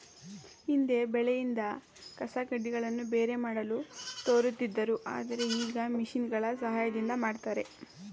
ಹಿಂದೆ ಬೆಳೆಯಿಂದ ಕಸಕಡ್ಡಿಗಳನ್ನು ಬೇರೆ ಮಾಡಲು ತೋರುತ್ತಿದ್ದರು ಆದರೆ ಈಗ ಮಿಷಿನ್ಗಳ ಸಹಾಯದಿಂದ ಮಾಡ್ತರೆ